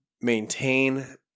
maintain